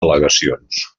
al·legacions